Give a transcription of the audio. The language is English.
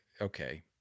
okay